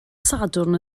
sadwrn